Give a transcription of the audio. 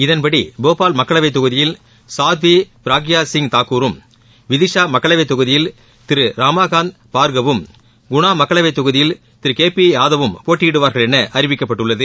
இதன்படி போபால் மக்களவைத்தொகுதியில் சாத்விபிரயாக்யாசிங் தாக்கூரும் விதிஷாமக்களவைத்தொகுதியில் திருரமாகாந்த் பார்கவ் வும் குணாமக்களவைத்தொகுதியில் திருகேபியாதவ் வும் போட்டியிடுவார்கள் எனஅறிவிக்கப்பட்டுள்ளது